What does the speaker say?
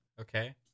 Okay